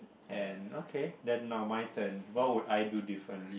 and okay then now my turn what would I do different